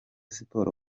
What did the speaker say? sports